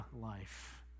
life